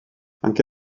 anche